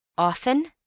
often?